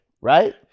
Right